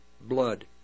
blood